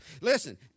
Listen